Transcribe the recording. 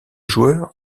joueur